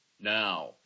Now